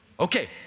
Okay